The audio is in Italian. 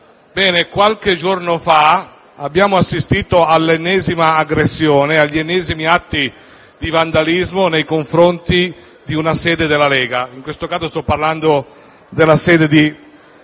qualche giorno fa abbiamo assistito all'ennesima aggressione, agli ennesimi atti di vandalismo nei confronti di una sede della Lega. In questo caso sto parlando della sede di